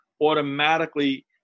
automatically